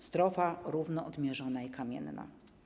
Strofa równo odmierzona, kamienna˝